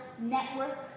network